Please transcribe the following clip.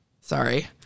Sorry